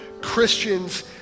Christians